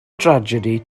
drasiedi